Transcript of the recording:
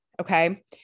okay